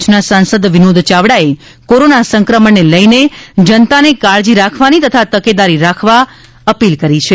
કચ્છના સાંસદ વિનોદ ચાવડાએ કોરોના સંક્રમણને લઈને જનતાને કાળજી રાખવાની તથા તકેદારી રાખવા અપીલ કરી છે